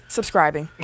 Subscribing